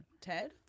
Ted